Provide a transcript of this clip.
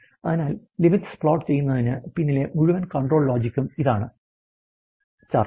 അതിനാൽ LIMITS plot ചെയ്യുന്നതിന് പിന്നിലെ മുഴുവൻ CONTROL ലോജിക്കും ഇതാണ് ചാർട്ട്